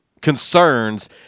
concerns